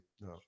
no